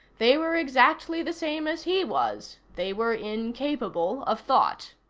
they were exactly the same as he was. they were incapable of thought.